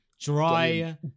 dry